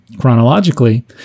chronologically